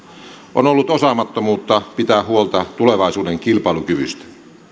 on ollut osaamattomuutta huolen pitämisessä tulevaisuuden kilpailukyvystä